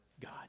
God